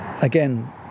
again